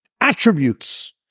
attributes